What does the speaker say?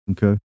Okay